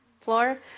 floor